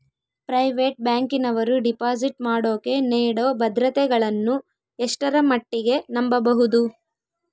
Private ಬ್ಯಾಂಕಿನವರು deposit ಮಾಡೋಕೆ ನೇಡೋ ಭದ್ರತೆಗಳನ್ನು ಎಷ್ಟರ ಮಟ್ಟಿಗೆ ನಂಬಬಹುದು?